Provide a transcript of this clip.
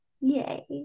yay